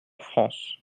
france